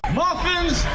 muffins